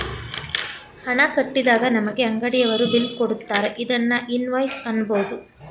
ಹಣ ಕಟ್ಟಿದಾಗ ನಮಗೆ ಅಂಗಡಿಯವರು ಬಿಲ್ ಕೊಡುತ್ತಾರೆ ಇದನ್ನು ಇನ್ವಾಯ್ಸ್ ಅನ್ನಬೋದು